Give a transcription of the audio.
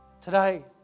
Today